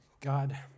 God